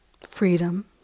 freedom